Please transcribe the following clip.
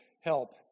help